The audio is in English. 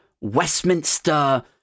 Westminster